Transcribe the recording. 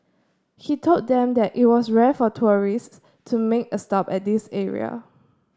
he told them that it was rare for tourists to make a stop at this area